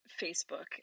Facebook